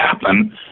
happen